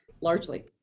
largely